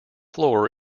floor